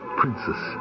princess